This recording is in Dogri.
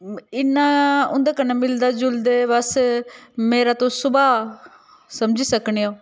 इन्ना उं'दे कन्नै मिलदा जुलदे बस मेरा तुस सभाऽ समझी सकने ओ